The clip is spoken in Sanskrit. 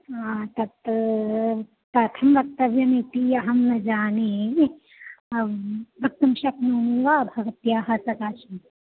हा तत् कथं वक्तव्यमिति अहं न जाने वक्तुं शक्नोमि वा भवत्याः सकाशात्